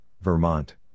Vermont